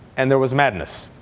and there was madness.